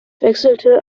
wechselte